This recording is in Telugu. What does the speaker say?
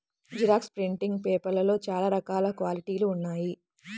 జిరాక్స్ ప్రింటింగ్ పేపర్లలో చాలా రకాల క్వాలిటీలు ఉన్నాయి